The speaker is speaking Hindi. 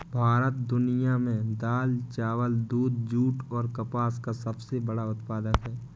भारत दुनिया में दाल, चावल, दूध, जूट और कपास का सबसे बड़ा उत्पादक है